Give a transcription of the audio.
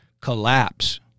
collapse